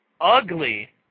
ugly